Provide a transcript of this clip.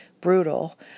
brutal